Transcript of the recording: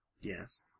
Yes